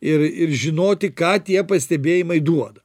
ir ir žinoti ką tie pastebėjimai duoda